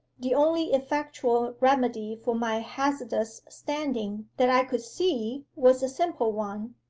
the only effectual remedy for my hazardous standing that i could see was a simple one.